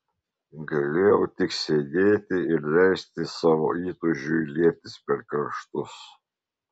galėjau tik sėdėti ir leisti savo įtūžiui lietis per kraštus